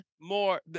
more